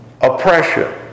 Oppression